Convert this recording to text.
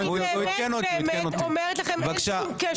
אני באמת אומרת לכם שאין שום קשר